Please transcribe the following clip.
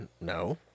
No